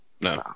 no